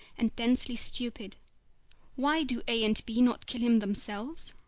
and densely stupid why do a. and b. not kill him them selves?